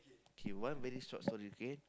okay one very short story okay